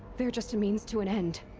they're just a means to an end.